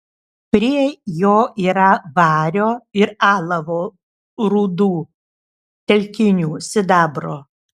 prie jo yra vario ir alavo rūdų telkinių sidabro